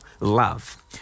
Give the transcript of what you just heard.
love